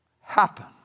happen